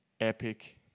epic